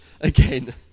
again